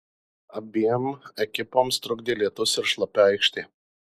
abiem ekipoms trukdė lietus ir šlapia aikštė